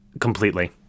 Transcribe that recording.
completely